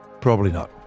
probably not.